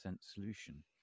solution